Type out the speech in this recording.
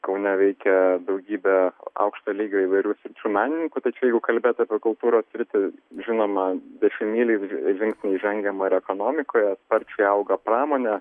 kaune veikė daugybė aukšto lygio įvairių sričių menininkų tai čia jeigu kalbėt apie kultūros sritį žinoma dešimtmyliai žingsniai žengiama ir ekonomikoje sparčiai auga pramonė